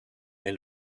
est